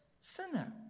sinner